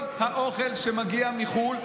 כל האוכל שמגיע מחו"ל,